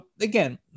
again